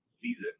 season